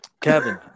Kevin